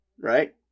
right